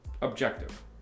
objective